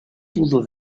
pudo